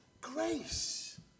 Grace